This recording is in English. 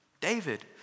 David